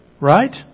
right